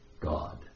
God